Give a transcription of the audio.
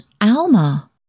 Alma